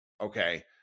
okay